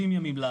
יש 30 ימים.